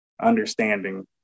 understanding